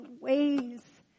ways